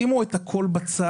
שימו את הכול בצד.